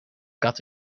kat